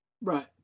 Right